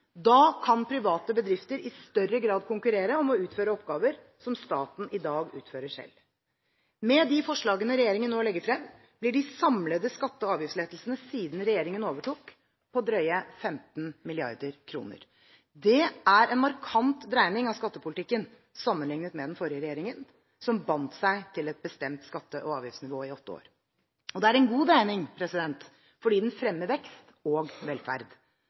Da kan private bedrifter i større grad konkurrere om å utføre oppgaver som staten i dag utfører selv. Med de forslagene regjeringen nå legger frem, blir de samlede skatte- og avgiftslettelsene siden regjeringen overtok, på drøyt 15 mrd. kr. Det er en markant dreining av skattepolitikken sammenliknet med den forrige regjeringen, som bandt seg til et bestemt skatte- og avgiftsnivå i åtte år. Og det er en god dreining fordi den fremmer vekst og velferd.